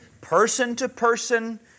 person-to-person